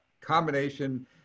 combination